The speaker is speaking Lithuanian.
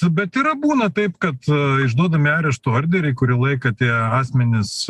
bet yra būna taip kad išduodami arešto orderiai kurį laiką tie asmenys